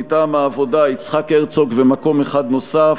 מטעם העבודה: יצחק הרצוג ומקום אחד נוסף.